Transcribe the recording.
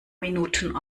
minuten